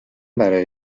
برای